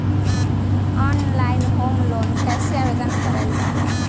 Online home loan कैसे आवेदन करल जा ला?